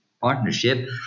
partnership